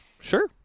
Sure